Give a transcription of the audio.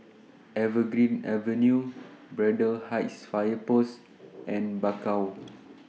Evergreen Avenue Braddell Heights Fire Post and Bakau